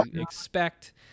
expect